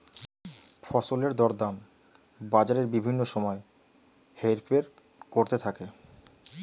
ফসলের দরদাম বাজারে বিভিন্ন সময় হেরফের করতে থাকে